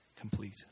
complete